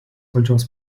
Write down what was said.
valdžios